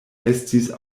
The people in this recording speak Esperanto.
estis